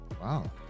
Wow